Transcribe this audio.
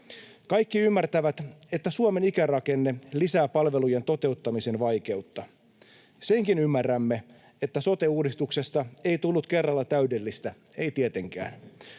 Kaikki ymmärtävät, että Suomen ikärakenne lisää palvelujen toteuttamisen vaikeutta. Senkin ymmärrämme, että sote-uudistuksesta ei tullut kerralla täydellistä, ei tietenkään.